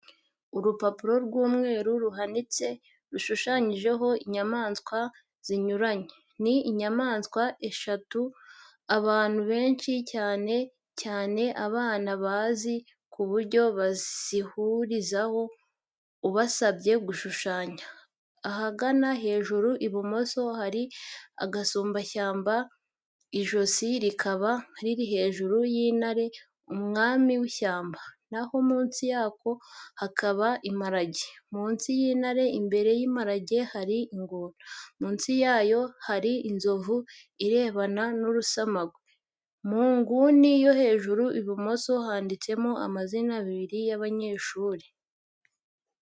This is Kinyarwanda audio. Urupapuro rw'umweru ruhagaritse, rushushanyijeho inyamaswa zinyuranye. Ni inyamaswa esheshatu abantu benshi cyane cyane abana bazi, ku buryo bazihurizaho ubasabye gushushanya. Ahagana hejuru ibumoso, hari agasumbashyamba ijosi rikaba riri hejuru y'intare umwami w'ishyamba, na ho munsi yako hakaba imparage. munsi y'intare imbere y'imparage hari ingona, munsi yayo hari inzovu irebana n'urusamagwe. Mu nguni yo hejuru ibumoso, handitsemo amazina abiri y'abashushanyi.